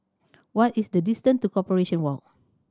what is the distance to Corporation Walk